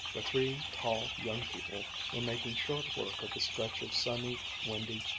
the three tall young people were making short work of the stretch of sunny, windy,